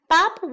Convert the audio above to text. Bob